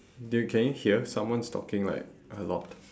do you can you hear someone's talking like a lot